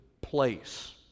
place